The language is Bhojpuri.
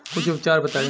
कुछ उपचार बताई?